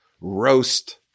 roast